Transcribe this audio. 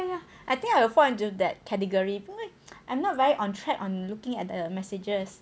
ya ya I think I will fall into that category I'm not very on track on looking at the messages